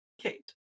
Kate